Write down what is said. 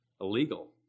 Illegal